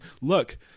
look